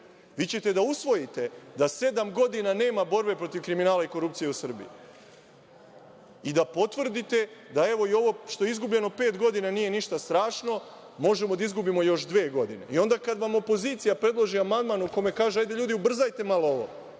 Vi ćete da usvojite da sedam godina nema borbe protiv kriminala i korupcije u Srbiji i da potvrdite da i ovih pet godina što je izgubljeno, nije ništa strašno, da možemo da izgubimo još dve godine. I onda kada vam opozicija predloži amandman u kome kaže – hajde, ljudi, ubrzajte malo ovo,